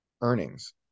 earnings